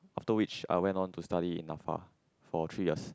after which I went on to study in NAFA for three years